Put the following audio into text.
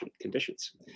conditions